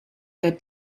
der